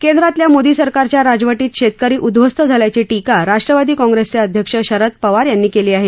केंद्रातल्या मोदी सरकारच्या राजवटीत शेतकरी उदृध्वस्त झाल्याची टीका राष्ट्रवादी काँग्रेसचे अध्यक्ष शरद पवार यांनी केली आहे